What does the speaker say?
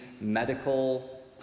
medical